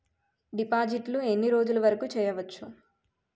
డిపాజిట్లు ఎన్ని రోజులు వరుకు చెయ్యవచ్చు?